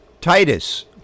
Titus